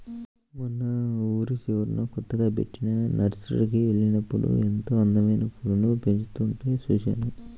మొన్న ఊరి చివరన కొత్తగా బెట్టిన నర్సరీకి వెళ్ళినప్పుడు ఎంతో అందమైన పూలను పెంచుతుంటే చూశాను